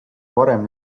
varem